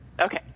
Okay